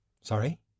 Sorry